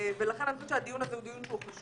ולכן אני חושבת שהדיון הזה חשוב,